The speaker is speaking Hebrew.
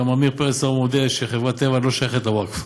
וגם עמיר פרץ כבר מודה שחברת טבע לא שייכת לווקף,